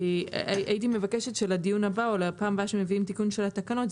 הייתי מבקשת שלדיון הבא או לפעם הבאה שמביאים תיקון של התקנות,